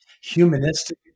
humanistic